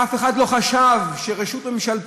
אף אחד לא חשב שרשות ממשלתית,